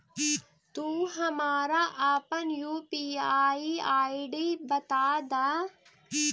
तू हमारा अपन यू.पी.आई आई.डी बता दअ